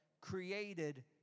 created